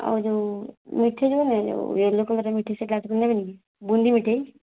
ଆଉ ଯୋଉ ମିଠେଇ ଯୋଉ ନୁହେଁ ୟେଲୋ କଲର୍ର ମିଠେଇ ସେଟା ନେବେନି କି ବୁନ୍ଦି ମିଠେଇ